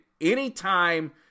anytime